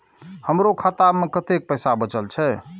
हमरो खाता में कतेक पैसा बचल छे?